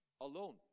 alone